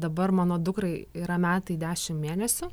dabar mano dukrai yra metai dešim mėnesių